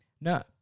No